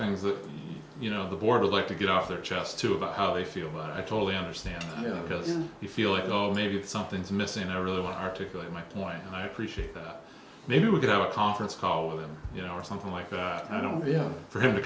things that you know the board would like to get off their chest to about how they feel i totally understand you feel like oh maybe something's missing i really want articulate my point and i appreciate that maybe we could have a conference call with him you know or something like that i don't you know for him to